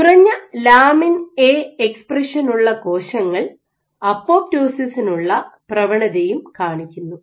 കുറഞ്ഞ lamin A expression ഉള്ള കോശങ്ങൾ അപ്പോപ്റ്റോസിസിനുള്ള പ്രവണതയും കാണിക്കുന്നു